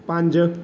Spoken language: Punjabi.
ਪੰਜ